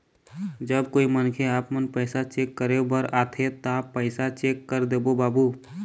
जब कोई मनखे आपमन पैसा चेक करे बर आथे ता पैसा चेक कर देबो बाबू?